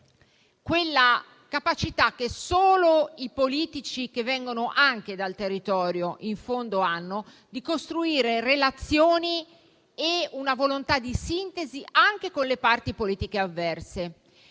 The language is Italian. quella capacità, che solo i politici che vengono anche dal territorio in fondo hanno, di costruire relazioni e una volontà di sintesi anche con le parti politiche avverse.